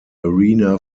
arena